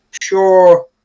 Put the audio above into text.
sure